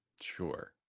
sure